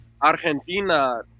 Argentina